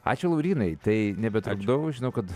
ačiū laurynai tai nebetrukdau žinau kad